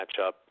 matchup